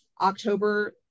October